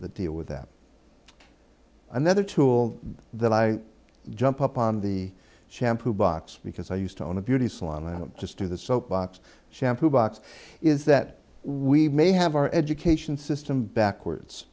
the deal with that another tool that i jump up on the shampoo box because i used to own a beauty salon and i don't just do the soap box shampoo box is that we may have our education system backwards